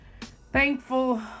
thankful